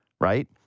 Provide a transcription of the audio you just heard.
right